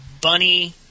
Bunny